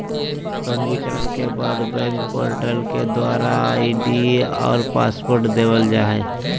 पंजीकरण के बाद बैंक पोर्टल के द्वारा आई.डी और पासवर्ड देवल जा हय